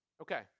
Okay